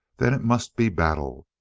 then it must be battle.